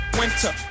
winter